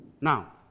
Now